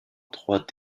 droit